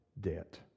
debt